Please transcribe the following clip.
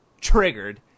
TRIGGERED